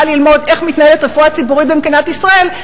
בא ללמוד איך מתנהלת רפואה ציבורית במדינת ישראל,